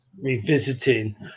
revisiting